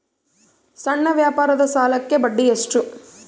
ಸಣ್ಣ ವ್ಯಾಪಾರದ ಸಾಲಕ್ಕೆ ಬಡ್ಡಿ ಎಷ್ಟು?